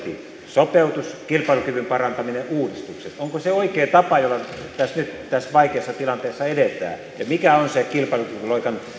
sopeutus kilpailukyvyn parantaminen ja uudistukset se oikea tapa jolla nyt tässä vaikeassa tilanteessa edetään mikä on sen kilpailukykyloikan